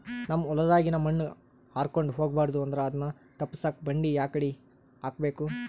ನಮ್ ಹೊಲದಾಗಿನ ಮಣ್ ಹಾರ್ಕೊಂಡು ಹೋಗಬಾರದು ಅಂದ್ರ ಅದನ್ನ ತಪ್ಪುಸಕ್ಕ ಬಂಡಿ ಯಾಕಡಿ ಹಾಕಬೇಕು?